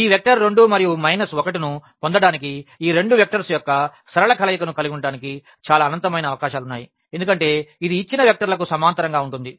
ఈ వెక్టర్ 2 మరియు మైనస్ 1 ను పొందడానికి ఈ రెండు వెక్టర్స్ యొక్క సరళ కలయికను కలిగి ఉండటానికి చాలా అనంతమైన అవకాశాలు ఉన్నాయి ఎందుకంటే ఇది ఇచ్చిన వెక్టర్లకు సమాంతరంగా ఉంటుంది